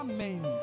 Amen